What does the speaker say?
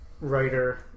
writer